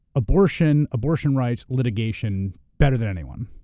abortion, abortion rights litigation better than anyone,